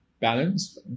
balance